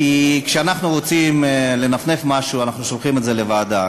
כשאנחנו רוצים לנפנף משהו אנחנו שולחים את זה לוועדה,